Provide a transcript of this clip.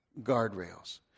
guardrails